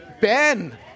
Ben